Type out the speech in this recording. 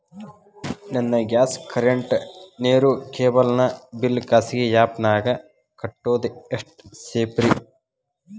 ನನ್ನ gas current, ನೇರು, cable ನ ಬಿಲ್ ಖಾಸಗಿ ಆ್ಯಪ್ ನ್ಯಾಗ್ ಕಟ್ಟೋದು ಎಷ್ಟು ಸೇಫ್ರಿ?